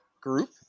group